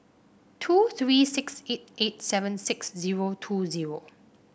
two three six eight eight seven six zero two zero